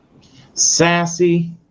Sassy